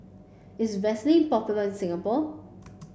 is Vaselin popular in Singapore